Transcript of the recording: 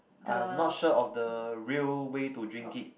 I'm not sure of the real way to drink it